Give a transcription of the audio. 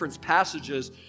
passages